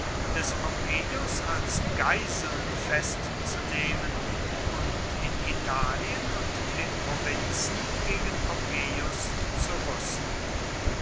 des pompeius als geiseln festzunehmen und in italien und den provinzen gegen pompeius zu rüsten